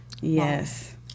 Yes